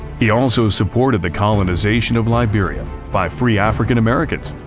he also supported the colonisation of liberia by free african-americans,